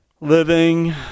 living